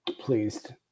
pleased